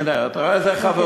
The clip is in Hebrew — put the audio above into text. אשמע אותך.